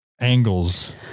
Angles